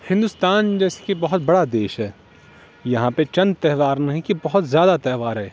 ہندوستان جیسے کہ بہت بڑا دیش ہے یہاں پہ چند تہوار نہیں کہ بہت زیادہ تہوار ہے